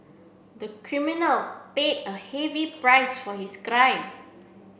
the criminal paid a heavy price for his crime